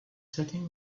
setting